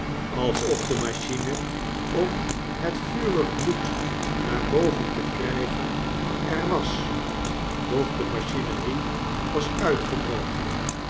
alsof de machine om bet vurig bloed naar boven te krijgen er was doch de machinerie was uitgedroogd